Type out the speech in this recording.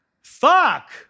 fuck